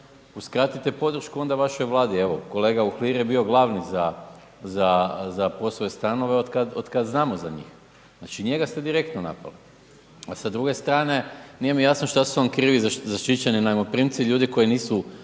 uskratite podršku onda vašoj Vladi. Evo kolega Uhlir je bio glavni za POS-ove stanove otkad znamo za njih. Znači njega ste direktno napali. A s druge strane nije mi jasno šta su vam krivi zaštićeni najmoprimci, ljudi koji nisu